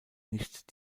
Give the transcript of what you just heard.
nicht